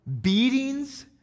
beatings